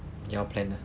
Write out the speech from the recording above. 你要 plan ah